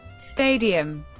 stadium